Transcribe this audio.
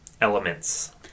elements